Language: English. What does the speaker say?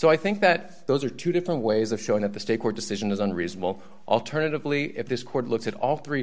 so i think that those are two different ways of showing that the state court decision is unreasonable alternatively if this court looks at all three